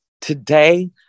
today